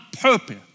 purpose